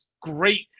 great